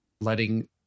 letting